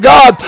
God